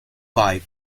five